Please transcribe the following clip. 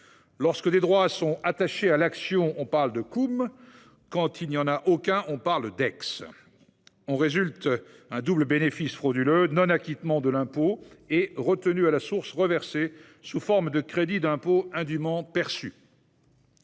Lorsque des droits sont attachés à l'action, on parle de Cum ; quand il n'y en a aucun, on parle d'Ex. Il en résulte un double bénéfice frauduleux : non-acquittement de l'impôt et retenue à la source reversée sous forme de crédit d'impôt indûment perçu.